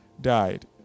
died